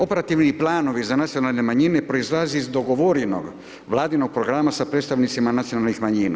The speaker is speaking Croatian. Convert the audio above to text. Operativni planovi za nacionalne manjine proizlaze iz dogovorenoga Vladinog programa sa predstavnicima nacionalnih manjina.